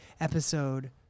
episode